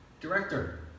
director